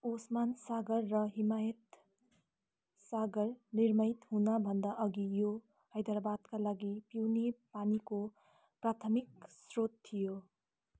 ओस्मान सागर र हिमायत सागर निर्मित हुनभन्दा अघि यो हैदराबादका लागि पिउने पानीको प्राथमिक स्रोत थियो